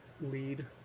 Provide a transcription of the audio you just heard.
lead